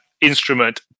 instrument